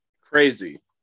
Crazy